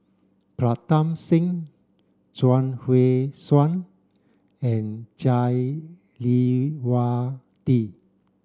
Pritam Singh Chuang Hui Tsuan and Jah Lelawati